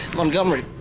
Montgomery